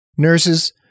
Nurses